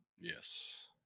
Yes